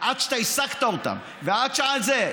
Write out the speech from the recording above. עד שאתה השגת אותם ועד שאתה,